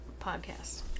podcast